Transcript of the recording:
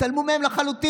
התעלמו מהם לחלוטין.